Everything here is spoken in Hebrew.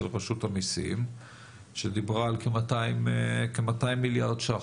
רשות המיסים שדיברה על כ-200 מיליארד ₪,